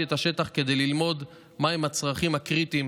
את השטח כדי ללמוד מה הצרכים הקריטיים.